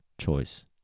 choice